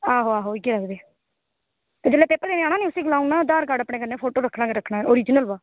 आहो आहो इयै आक्खदे जेल्लै पेपर देने गी जाना नी ते उसी आक्खना फोटो रक्खना गै रक्खना अपने कन्नै ओरिज़नल